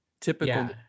typical